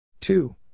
Two